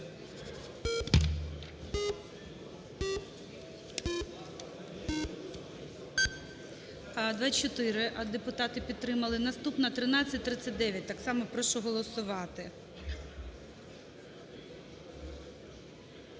24 депутати підтримали. Наступна - 1339. Так само прошу голосувати.